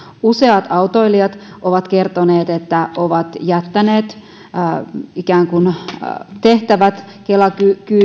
useat autoilijat ovat kertoneet että ovat ikään kuin jättäneet tehtävät kela